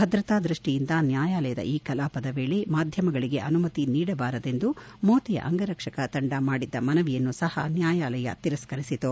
ಭದ್ರತಾ ದೃಷ್ಷಿಯಿಂದ ನ್ನಾಯಾಲಯದ ಈ ಕಲಾಪದ ವೇಳೆ ಮಾಧ್ಯಮಗಳಿಗೆ ಅನುಮತಿ ನೀಡಬಾರದೆಂದು ಮೋತಿಯ ಅಂಗರಕ್ಷಕ ತಂಡ ಮಾಡಿದ್ದ ಮನವಿಯನ್ನು ಸಹ ನ್ಲಾಯಾಲಯ ತಿರಸ್ತರಿಸಿತು